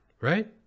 right